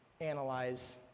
analyze